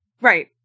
Right